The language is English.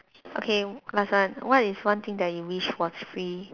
okay last one what is one thing that you wish was free